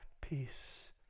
peace